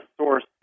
source